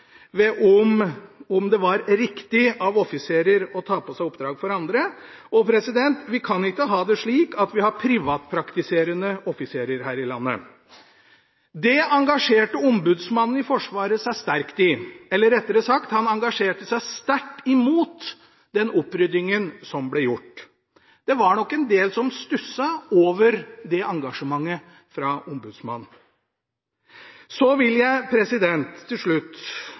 om det var riktig av offiserer å ta på seg oppdrag for andre – vi kan ikke ha det slik at vi har privatpraktiserende offiserer her i landet. Dette engasjerte Ombudsmannen for Forsvaret seg sterkt i, eller rettere sagt engasjerte han seg sterkt imot oppryddingen som ble gjort. Det var nok en del som stusset over dette engasjementet fra Ombudsmannen. Jeg vil til slutt